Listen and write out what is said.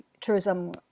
tourism